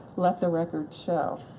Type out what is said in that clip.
let the record show,